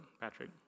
Patrick